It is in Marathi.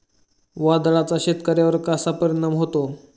वादळाचा शेतकऱ्यांवर कसा परिणाम होतो?